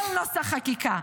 כל נוסח חקיקה,